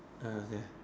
uh ya